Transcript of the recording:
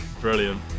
Brilliant